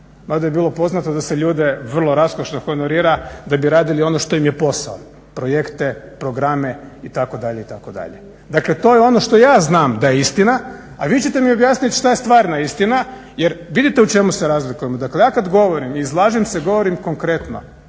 lipe mada je bilo poznato da se ljude vrlo raskošno honorira da bi radili ono što je posao, projekte, programe itd., itd. Dakle to je ono što ja znam da je istina, a vi ćete mi objasniti što je stvarna istina. Jer vidite u čemu se razlikujemo. Dakle ja kad govorim izlažem se govorim konkretno.